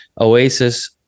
Oasis